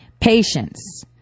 Patience